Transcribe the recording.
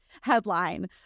headline